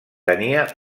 tenia